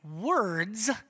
words